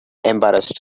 embarrassed